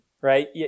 right